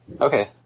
Okay